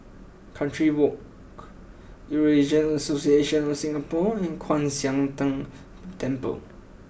Country Walk Eurasian Association of Singapore and Kwan Siang Tng Temple